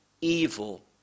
evil